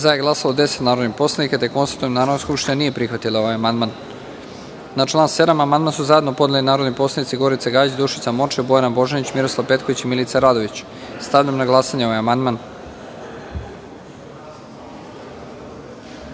prisutnih 177 narodnih poslanika. Konstatujem da Narodna skupština nije prihvatila ovaj amandman. Na član 28. amandman su zajedno podneli narodni poslanici Gorica Gajić, Dušica Morčev, Bojana Božanić, Miroslav Petković i Milica Radović. Stavljam na glasanje ovaj amandman. Molim